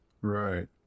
Right